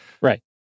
Right